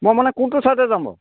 মই মানে কোনটো ছাইডতে যাম বাৰু